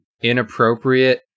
inappropriate